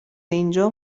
اینجا